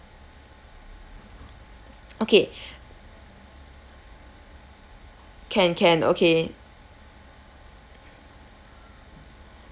okay can can okay